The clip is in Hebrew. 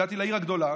הגעתי לעיר הגדולה,